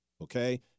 Okay